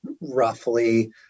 roughly